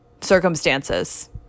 Circumstances